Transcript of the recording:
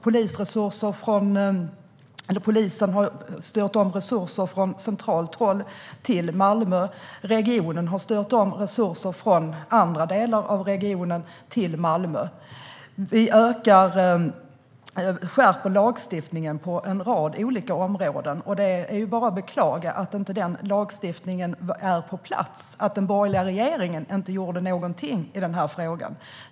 Polisen har styrt om resurser från centralt håll till Malmö och regionen har styrt om resurser från andra delar av regionen till Malmö. Vi skärper också lagstiftningen på en rad områden. Jag kan bara beklaga att den lagstiftningen inte är på plats, att den borgerliga regeringen inte gjorde någonting i den frågan.